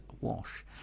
Wash